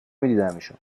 میدیدمشون